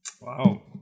Wow